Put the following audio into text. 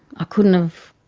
ah couldn't have,